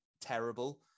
terrible